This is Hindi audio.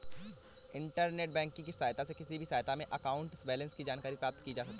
इण्टरनेंट बैंकिंग की सहायता से किसी भी समय अकाउंट बैलेंस की जानकारी प्राप्त की जा सकती है